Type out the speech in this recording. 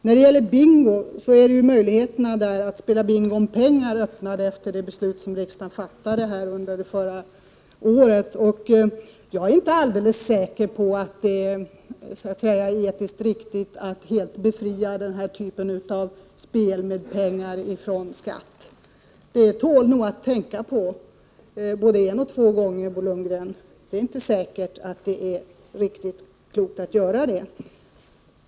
När det gäller bingon finns det ju möjligheter att spela om pengar i och med det beslut som riksdagen fattade förra året. Men jag är inte alldeles säker på att det är etiskt riktigt att helt befria den här typen av spel med pengar från skatt. Det tål nog att tänka på både en och två gånger, Bo Lundgren! Det är inte säkert att det är riktigt klokt att göra det.